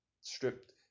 stripped